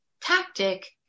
tactic